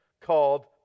called